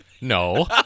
No